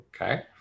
Okay